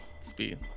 speed